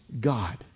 god